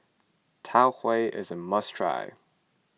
Tau Huay is a must try